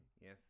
Yes